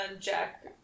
Jack